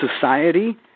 society